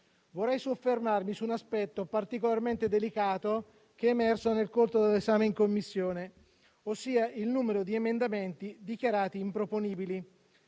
Vorrei soffermarmi su un aspetto particolarmente delicato che è emerso nel corso dell'esame in Commissione, ossia il numero di emendamenti dichiarati improponibili.